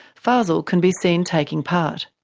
fazel can be seen taking part.